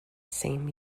same